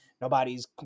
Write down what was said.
nobody's